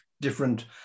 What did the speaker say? different